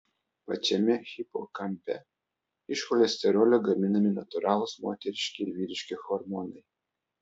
pačiame hipokampe iš cholesterolio gaminami natūralūs moteriški ir vyriški hormonai